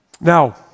Now